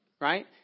right